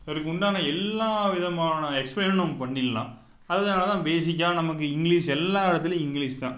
அதுக்கு உண்டான எல்லா விதமான எக்ஸ்ப்ளெய்னும் நம்ம பண்ணிடலாம் அதனாலதான் பேஸிக்காக நமக்கு இங்கிலீஷ் எல்லா இடத்துலையும் இங்கிலீஷ்தான்